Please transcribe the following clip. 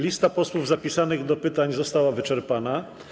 Lista posłów zapisanych do zadania pytań została wyczerpana.